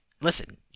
listen